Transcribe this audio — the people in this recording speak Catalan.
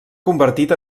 convertit